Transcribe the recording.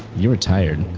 you were tired.